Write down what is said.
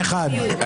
הצבעה לא אושרו.